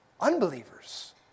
unbelievers